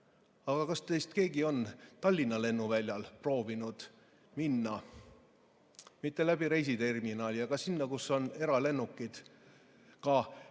Aga kas teist keegi on Tallinna lennuväljal proovinud minna mitte reisiterminali, vaid sinna, kus on eralennukid? Ka